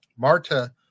Marta